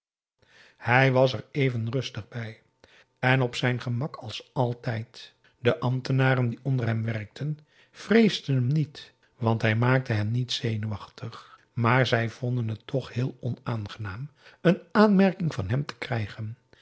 hij was er even rustig bij en op zijn gemak als altijd de ambtenaren die onder hem werkten vreesden hem niet want hij maakte hen niet zenuwachtig maar zij vonden het toch heel onaangenaam een aanmerking van hem te krijgen